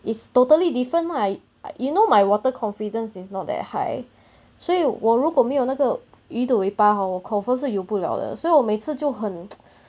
it's totally different lah you know my water confidence is not that high 所以我如果没有那个鱼的尾巴 hor 我 confirm 是游不了的所以我每次就很